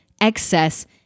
excess